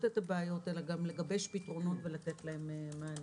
את הבעיות אלא גם לגבש פתרונות ולתת להם מענה.